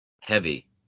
heavy